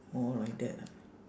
oh like that ah